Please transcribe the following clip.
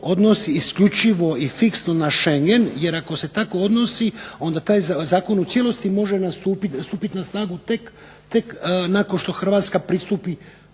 odnosi isključivo i fiksno na Shengen jer ako se tako odnosi onda taj zakon u cijelosti može stupiti na snagu tek nakon što Hrvatska pristupi